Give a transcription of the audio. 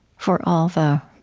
for all the